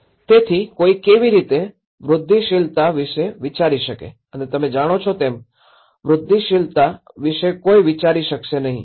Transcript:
તેથી કોઈ કેવી રીતે વૃદ્ધિશીલતા વિશે વિચારી શકે છે અને તમે જાણો છો તેમ વૃદ્ધિશીલતા વિશે કોઈ વિચારશે નહીં